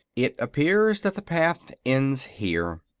it appears that the path ends here,